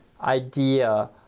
idea